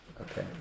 Okay